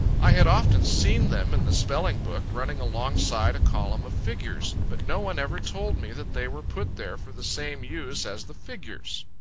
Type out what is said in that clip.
i had often seen them in the spelling book running alongside a column of figures but no one ever told me that they were put there for the same use as the figures.